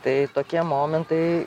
tai tokie momentai